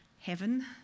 heaven